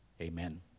amen